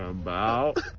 um about.